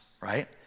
right